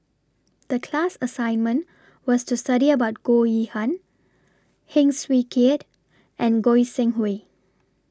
The class assignment was to study about Goh Yihan Heng Swee Keat and Goi Seng Hui